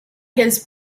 his